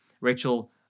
Rachel